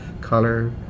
color